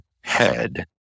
head